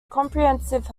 comprehensive